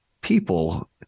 people